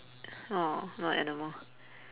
!aww! not animal